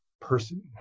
person